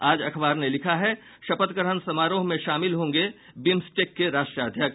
आज अखबार ने लिखा है शपथ ग्रहण में शामिल होंगे बिम्सटेक के राष्ट्राध्यक्ष